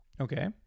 Okay